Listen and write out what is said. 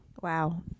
wow